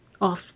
Off